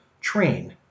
train